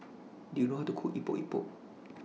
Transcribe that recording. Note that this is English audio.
Do YOU know How to Cook Epok Epok